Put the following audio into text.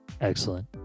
Excellent